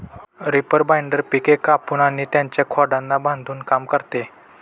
reaper binder पिके कापून आणि त्यांच्या खोडांना बांधून काम करते